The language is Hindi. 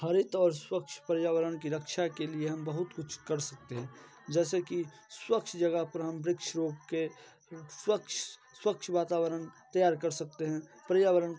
हरित और स्वच्छ पर्यावरण की रक्षा के लिए हम बहुत कुछ कर सकते हैं जैसे कि स्वच्छ जगह पर हम वृक्ष रोप के स्वच्छ स्वक्च्छ वातावरण तैयार कर सकते हैं पर्यावरण